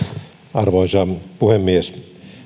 arvoisa puhemies